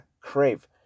Crave